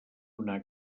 una